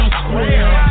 square